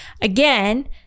Again